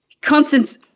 Constance